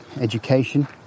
education